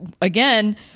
again